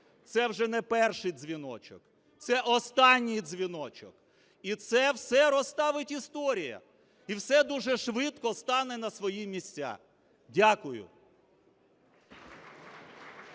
це вже не перший дзвіночок, це останній дзвіночок. І це все розставить історія, і все дуже швидко стане на свої місця. Дякую.